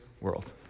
world